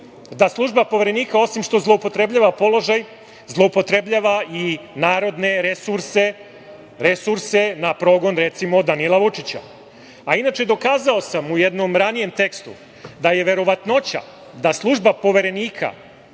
da služba Poverenika osim što zloupotrebljava položaj zloupotrebljava i narodne resurse, resurse na progon, recimo, Danila Vučića. Inače, dokazao sam u jednom ranijem tekstu da je verovatnoća da služba Poverenika